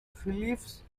phillips